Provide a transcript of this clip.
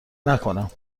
نکنم